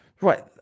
Right